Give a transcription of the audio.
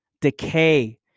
decay